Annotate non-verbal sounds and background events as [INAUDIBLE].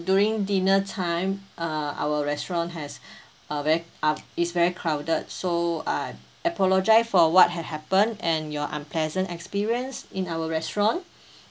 during dinner time err our restaurant has [BREATH] a very uh is very crowded so I apologise for what had happened and your unpleasant experience in our restaurant